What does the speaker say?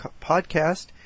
podcast